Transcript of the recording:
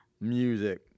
Music